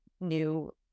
new